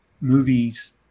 movies